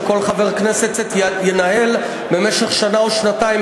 שכל חבר כנסת ינהל במשך שנה או שנתיים